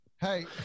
Hey